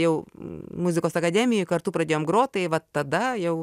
jau muzikos akademijoj kartu pradėjom grot tai va tada jau